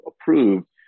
approved